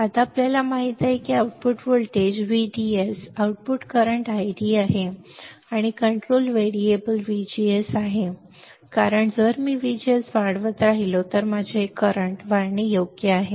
आता आपल्याला माहित आहे की output voltage VDS output current ID आहे आणि कंट्रोल व्हेरिएबल व्हीजीएस आहे कारण जर मी व्हीजीएस वाढवत राहिलो तर माझे वर्तमान वाढणे योग्य आहे